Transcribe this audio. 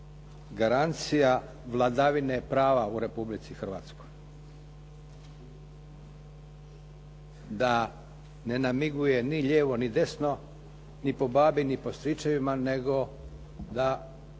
garancija vladavine prava u Republici Hrvatskoj. Da ne namiguje ni lijevo ni desno, ni po babi ni po stričevima nego da